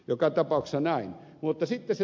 joka tapauksessa näin